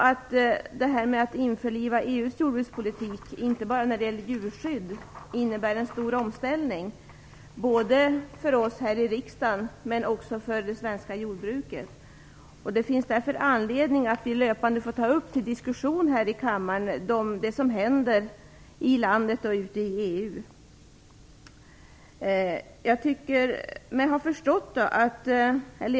Att införliva EU:s jordbrukspolitik, inte bara när det gäller djurskydd, innebär en stor omställning för oss här i riksdagen men också för det svenska jordbruket. Därför finns det anledning att löpande ta upp det som händer i landet och i EU till diskussion här i kammaren.